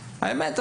האמת,